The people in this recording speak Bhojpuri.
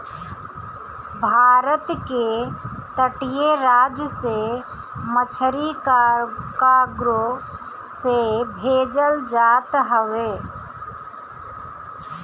भारत के तटीय राज से मछरी कार्गो से भेजल जात हवे